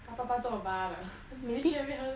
她爸爸做 bar 的 直接去那边喝 lah like how to say ah that's all